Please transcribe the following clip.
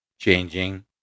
Changing